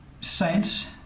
saints